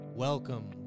Welcome